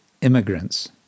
immigrants